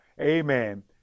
amen